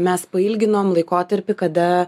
mes pailginom laikotarpį kada